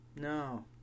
No